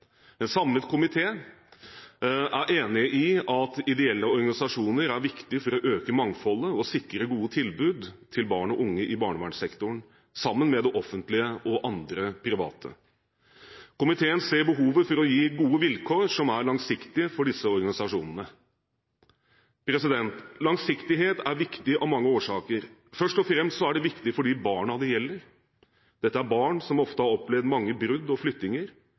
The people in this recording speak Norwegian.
En samlet komité er enig i at ideelle organisasjoner er viktige for å øke mangfoldet og sikre gode tilbud til barn og unge i barnevernssektoren, sammen med det offentlige og andre private. Komiteen ser behovet for å gi gode og langsiktige vilkår for disse organisasjonene. Langsiktighet er viktig av mange årsaker. Først og fremst er det viktig for de barna det gjelder. Dette er barn som ofte har opplevd mange brudd og flyttinger,